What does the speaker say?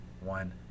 one